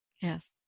Yes